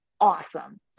awesome